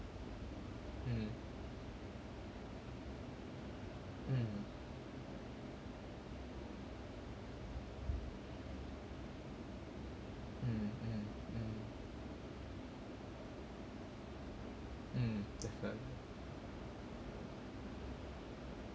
mm mm mm mm mm mm definitely